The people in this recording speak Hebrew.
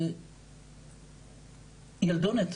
ילדונת,